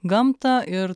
gamtą ir